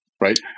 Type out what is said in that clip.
right